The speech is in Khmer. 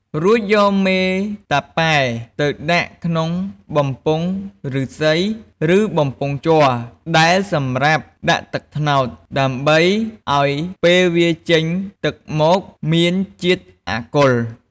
រួចយកមេតាប៉ែទៅដាក់ក្នុងបំពង់ឬស្សី ឬបំពង់ជ័រ ដែលសម្រាប់ដាក់ទឹកត្នោត ដើម្បីឱ្យពេលវាចេញទឹកមកមានជាតិអាកុល។